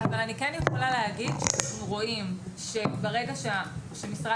אבל אני כן יכולה להגיד שאנחנו רואים שברגע במשרד